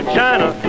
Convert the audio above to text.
China